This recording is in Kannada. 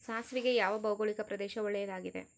ಸಾಸಿವೆಗೆ ಯಾವ ಭೌಗೋಳಿಕ ಪ್ರದೇಶ ಒಳ್ಳೆಯದಾಗಿದೆ?